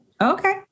Okay